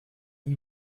you